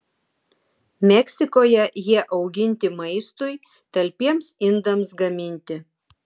meksikoje jie auginti maistui talpiems indams gaminti